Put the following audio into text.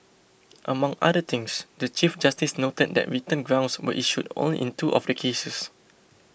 among other things the Chief Justice noted that written grounds were issued only in two of the cases